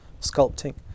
sculpting